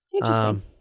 Interesting